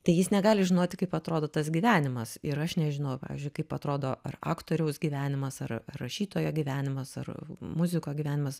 tai jis negali žinoti kaip atrodo tas gyvenimas ir aš nežinau pavyzdžiui kaip atrodo ar aktoriaus gyvenimas ar rašytojo gyvenimas ar muziko gyvenimas